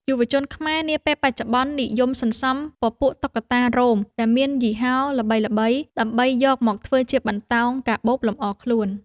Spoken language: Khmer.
យុវជនខ្មែរនាពេលបច្ចុប្បន្ននិយមសន្សំពពួកតុក្កតារោមដែលមានយីហោល្បីៗ ដើម្បីយកមកធ្វើជាបន្តោងកាបូបលម្អខ្លួន។